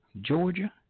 Georgia